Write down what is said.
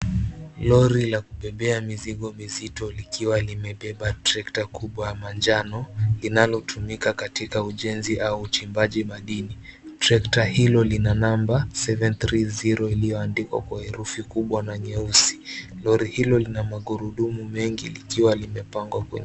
Lori la kubebea mzigo mzito likiwa limebeba trekta kubwa ya manjano linalotumika katika ujenzi au uchimbaji madini, trekta hilo lina namba 730 iliyoandikwa kwa herufi kubwa na nyeusi. Lori hilo lina magurudumu mengi likiwa limepangwa.